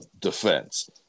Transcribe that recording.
defense